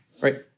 right